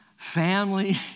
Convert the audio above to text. Family